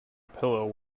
pillow